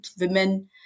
women